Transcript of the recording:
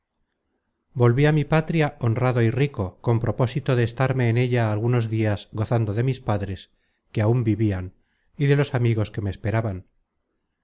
volví á mi patria honrado y rico con propósito de estarme en ella algunos dias gozando de mis padres que áun vivian y de los amigos que me esperaban